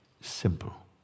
Simple